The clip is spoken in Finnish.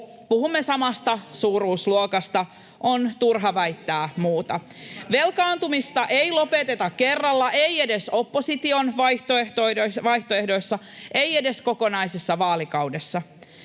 Puhumme samasta suuruusluokasta, on turha väittää muuta. Velkaantumista ei lopeteta kerralla, ei edes opposition vaihtoehdoissa, ei edes kokonaisessa vaalikaudessa.